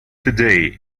today